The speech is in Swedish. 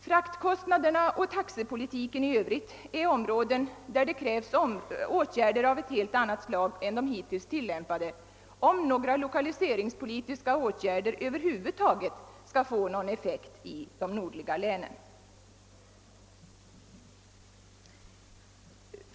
Fraktkostnaderna och taxepolitiken i övrigt är områden där det krävs åtgärder av helt annat slag än de hittills tilllämpade, om några lokaliseringspoli tiska åtgärder över huvud taget skall få effekt i de nordliga länen.